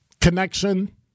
connection